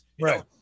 right